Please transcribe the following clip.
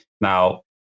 Now